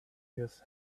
his